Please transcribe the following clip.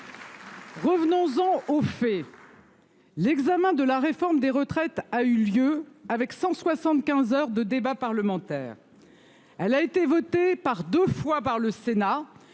Revenons-en aux faits. L'examen de la réforme des retraites a eu lieu avec 175 heures de débat parlementaire. Elle a été votée par deux fois par le Sénat